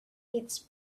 eats